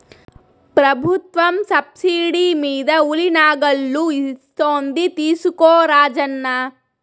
ప్రభుత్వం సబ్సిడీ మీద ఉలి నాగళ్ళు ఇస్తోంది తీసుకో రాజన్న